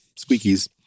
squeakies